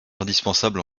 indispensables